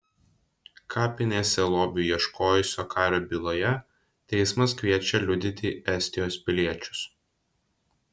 kapinėse lobių ieškojusio kario byloje teismas kviečia liudyti estijos piliečius